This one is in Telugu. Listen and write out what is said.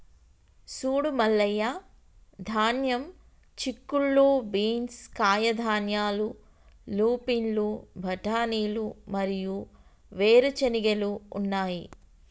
సూడు మల్లయ్య ధాన్యం, చిక్కుళ్ళు బీన్స్, కాయధాన్యాలు, లూపిన్లు, బఠానీలు మరియు వేరు చెనిగెలు ఉన్నాయి